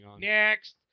Next